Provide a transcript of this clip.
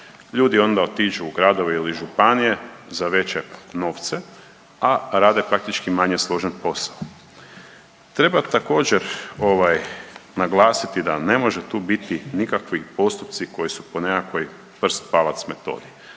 Ljudi onda otiđu u gradove ili županije za veće novce, a rade praktički manje složen posao. Treba također naglasiti da ne može tu biti nikakvi postupci koji su po nekakvoj prst palac metodi.